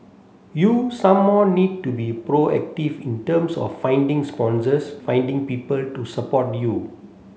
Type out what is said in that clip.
you some more need to be proactive in terms of finding sponsors finding people to support you